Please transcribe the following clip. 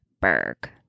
Berg